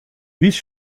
vice